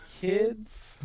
kids